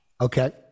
Okay